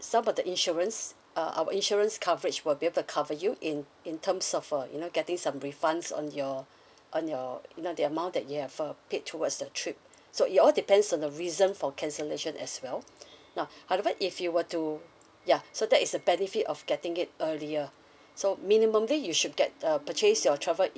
it's all about the insurance uh our insurance coverage will be able to cover you in in terms of uh you know getting some refunds on your on your you know the amount that you have uh paid towards the trip so it all depends on the reason for cancellation as well now however if you were to yeah so that is the benefit of getting it earlier so minimumly you should get uh purchase your travel